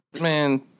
man